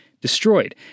destroyed